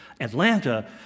Atlanta